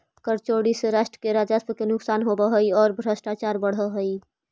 कर चोरी से राष्ट्र के राजस्व के नुकसान होवऽ हई औ भ्रष्टाचार बढ़ऽ हई